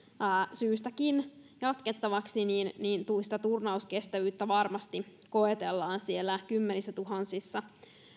syystäkin jatkettaviksi niin niin sitä turnauskestävyyttä varmasti koetellaan siellä kymmenissätuhansissa